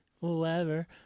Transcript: whoever